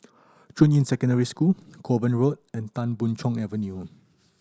Junyuan Secondary School Kovan Road and Tan Boon Chong Avenue